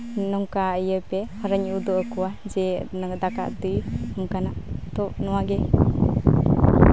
ᱱᱚᱝᱠᱟ ᱤᱭᱟᱹᱭ ᱯᱮ ᱟᱨᱚᱧ ᱩᱫᱩᱜ ᱟᱠᱚᱣᱟ ᱡᱮ ᱫᱟᱠᱟ ᱩᱛᱩᱭ ᱱᱚᱝᱠᱟᱱᱟᱜ ᱛᱳ ᱱᱚᱣᱟᱜᱮ